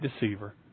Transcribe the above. deceiver